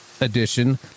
edition